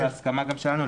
גם בהסכמה שלנו,